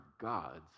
God's